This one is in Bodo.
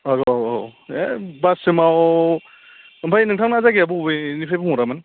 औ औ औ ए बाससिमाव ओमफाय नोंथांना जायगाया बबेनिफ्राय बुंहरामोन